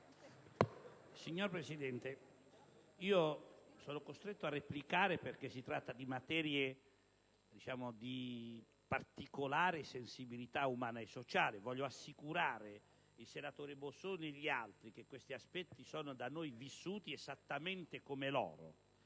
Signor Presidente, sono costretto a replicare perché si tratta di materie di particolare sensibilità umana e sociale. Voglio rassicurare il senatore Bosone e gli altri colleghi che questi temi sono da noi vissuti esattamente come loro.